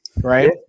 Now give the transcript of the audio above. right